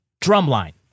Drumline